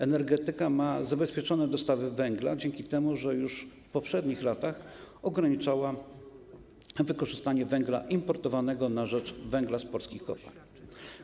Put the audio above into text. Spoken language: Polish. Energetyka ma zabezpieczone dostawy węgla dzięki temu, że już w poprzednich latach ograniczała wykorzystywanie węgla importowanego na rzecz węgla z polskich kopalń.